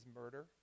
murder